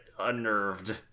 unnerved